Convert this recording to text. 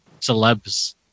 celebs